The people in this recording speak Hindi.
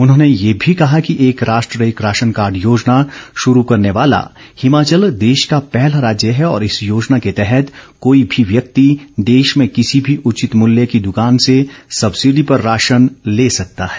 उन्होंने ये भी कहा कि एक राष्ट्र एक राशन कार्ड योजना शुरू करने वाला हिमाचल देश का पहला राज्य है और इस योजना के तहत कोई भी व्यक्ति देश में किसी भी उचित मूल्य की दुकान से सब्सिडी पर राशन ले सकता है